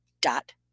dot